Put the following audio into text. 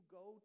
go